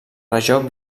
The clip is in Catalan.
regió